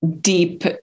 deep